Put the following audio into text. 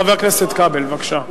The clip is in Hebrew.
חבר הכנסת כבל, בבקשה.